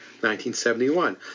1971